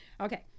Okay